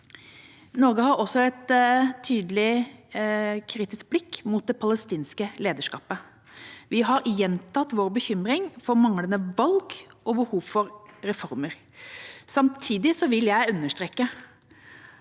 Norge har også et tydelig kritisk blikk mot det palestinske lederskapet. Vi har gjentatt vår bekymring for manglende valg og behov for reformer. Samtidig vil jeg understreke